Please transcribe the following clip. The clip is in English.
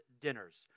dinners